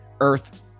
earth